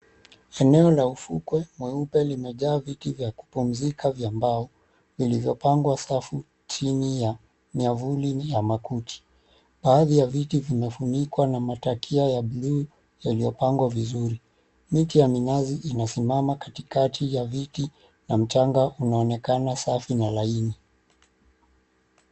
Eneo la ufukwe mweupe limejaa viti vya kupumzika vya mbao, vilivyopangwa safu chini ya miavuli ya makuti. Baadhi ya viti vimefunikwa na matakia ya buluu yaliyopangwa vizuri. Miti ya minazi inasimama katikati ya viti na mchanga unaonekana safi na laini.